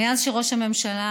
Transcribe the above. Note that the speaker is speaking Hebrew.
מאז שראש הממשלה